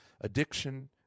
addiction